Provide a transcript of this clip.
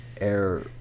Air